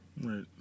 right